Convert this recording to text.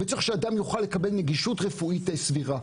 צריך שאדם יקבל נגישות רפואית סבירה.